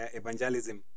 evangelism